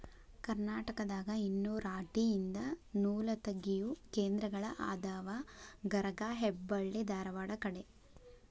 ಕರ್ನಾಟಕದಾಗ ಇನ್ನು ರಾಟಿ ಯಿಂದ ನೂಲತಗಿಯು ಕೇಂದ್ರಗಳ ಅದಾವ ಗರಗಾ ಹೆಬ್ಬಳ್ಳಿ ಧಾರವಾಡ ಕಡೆ